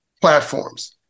platforms